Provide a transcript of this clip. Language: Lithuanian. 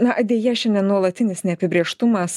na deja šiandien nuolatinis neapibrėžtumas